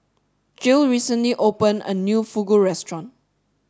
Jill recently opened a new Fugu restaurant